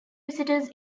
visitors